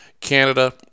canada